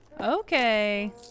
Okay